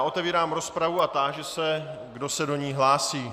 Otevírám rozpravu a táži se, kdo se do ní hlásí.